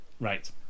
Right